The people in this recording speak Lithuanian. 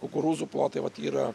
kukurūzų plotai vat yra